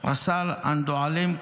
רס"ל אנדועלם קבדה,